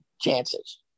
chances